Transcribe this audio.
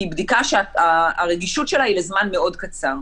היא בדיקה שהרגישות שלה היא לזמן מאוד קצר.